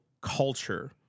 culture